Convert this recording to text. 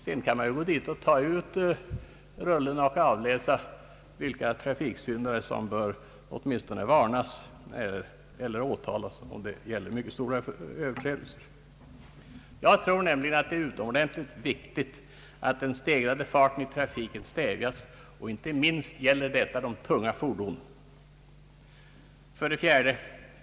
Sedan kan polisen med olika mellanrum åka ut och avläsa vilka trafiksyndare som bör åtminstone varnas eller åtalas. om det gäller stora överträdelser. Jag tror nämligen att det är utomordentligt viktigt att den stegrade farten i trafiken stävjas. Inte minst gäller detta de tunga fordonen. 4.